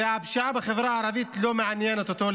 והפשיעה בחברה הערבית לא מעניינת אותו,